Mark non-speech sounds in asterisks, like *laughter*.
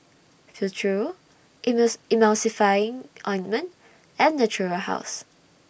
Futuro *unintelligible* Emulsying Ointment and Natura House